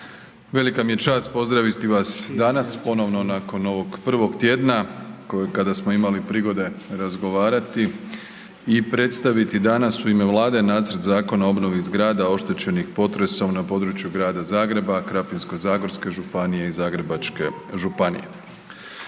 Velika mi je čast pozdraviti vas danas ponovno nakon ovog prvog tjedna koji, kada smo imali prigode razgovarati i predstaviti danas u ime Vlade nacrt Zakona o obnovi zgrada oštećenih potresom na području grada Zagreba, Krapinsko-zagorske županije i Zagrebačke županije.